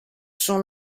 son